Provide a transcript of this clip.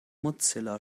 mozilla